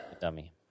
Dummy